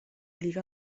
liga